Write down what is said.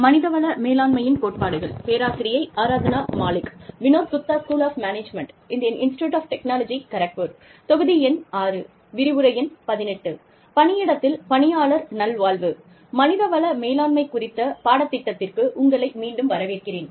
மனித வள மேலாண்மை குறித்த பாடத்திட்டத்திற்கு உங்களை மீண்டும் வரவேற்கிறேன்